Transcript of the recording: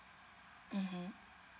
(uh huh)